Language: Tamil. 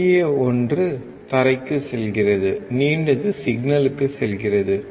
குறுகிய ஒன்று தரைக்கு செல்கிறது நீண்டது சிக்னலுக்கு செல்கிறது